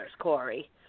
Corey